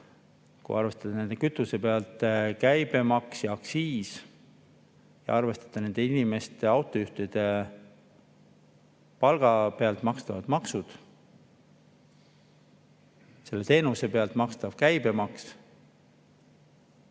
Kui arvestada nende kütuse pealt käibemaks ja aktsiis ja inimeste, autojuhtide palga pealt makstavad maksud, selle teenuse pealt makstav käibemaks